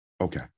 Okay